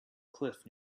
cliff